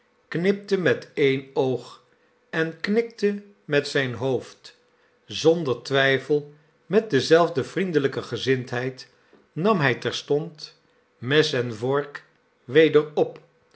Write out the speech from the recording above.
knipte met een oog en knikte met zijn hoofd zonder twijfel met dezelfde vriendelijke gezindheid nam hij terstond mes en vork weder op